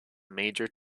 major